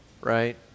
right